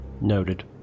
Noted